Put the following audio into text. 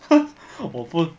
我不